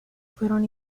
fueron